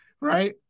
right